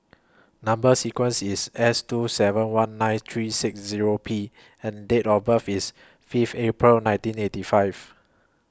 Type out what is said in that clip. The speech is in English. Number sequence IS S two seven one nine three six Zero P and Date of birth IS Fifth April nineteen eighty five